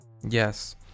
Yes